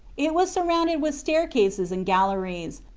it was sur rounded with staircases and galleries,